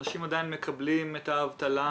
אנשים עדיין מקבלים את האבטלה.